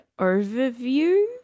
overview